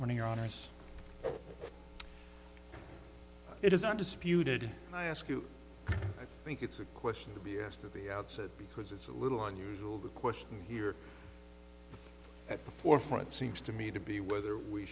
here on ice it is undisputed i ask you i think it's a question to be asked at the outset because it's a little unusual the question here at the forefront seems to me to be whether we